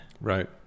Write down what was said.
Right